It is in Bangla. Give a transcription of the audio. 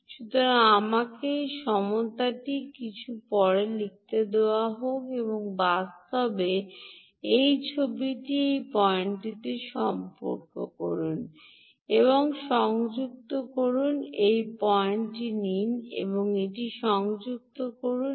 সুতরাং আমাকে এই সমতাটি কিছুটা পরে লিখতে দাও এবং বাস্তবে এই ছবিটি এই পয়েন্টটি সম্পূর্ণ করুন এবং এটি সংযুক্ত করুন এই পয়েন্টটি নিন এবং এটি সংযোগ করুন